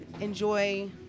enjoy